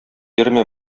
йөрмә